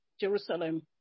Jerusalem